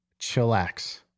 Chillax